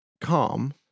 calm